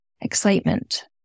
excitement